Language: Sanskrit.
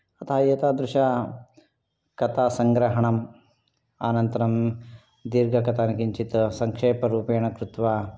तथा एतादृशकथासङ्ग्रहणम् अनन्तरं दीर्घकथनं किञ्चित् सङ्क्षेपेण कृत्वा